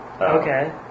Okay